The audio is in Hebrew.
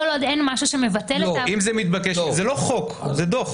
כל עוד אין משהו שמבטל --- זה לא חוק, זה דוח.